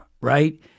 right